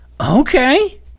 Okay